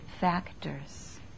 factors